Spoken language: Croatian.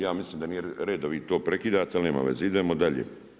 Ja mislim da nije red da vi to prekidate, ali nema veze, idemo dalje.